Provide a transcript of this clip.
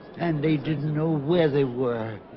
and they didn't know where they were